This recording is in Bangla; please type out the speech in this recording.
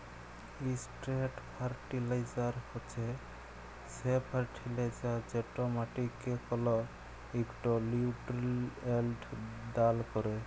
ইসট্রেট ফারটিলাইজার হছে সে ফার্টিলাইজার যেট মাটিকে কল ইকট লিউটিরিয়েল্ট দাল ক্যরে